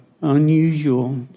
unusual